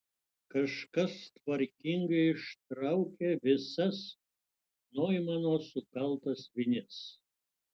kažkas tvarkingai ištraukė visas noimano sukaltas vinis